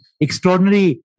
extraordinary